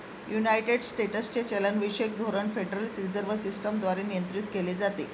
United स्टेट्सचे चलनविषयक धोरण फेडरल रिझर्व्ह सिस्टम द्वारे नियंत्रित केले जाते